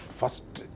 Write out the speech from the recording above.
first